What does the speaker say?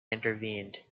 intervened